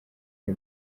y’u